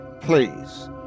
please